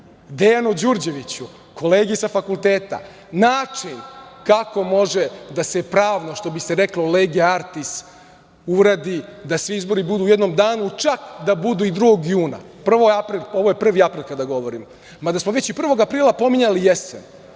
Dejanu Đurđeviću, kolegi sa fakulteta, način kako može da se pravno, što bi se reklo „legi artis“ uradi da svi izbori budu u jednom danu, čak da budu i 2. juna. Ovo je 1. april kada govorim, mada smo već i 1. aprila pominjali jesen.